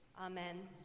Amen